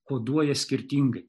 koduoja skirtingai